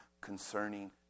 concerning